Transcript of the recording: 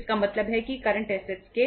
तब current assets